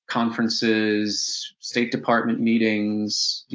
conferences, state department meetings, you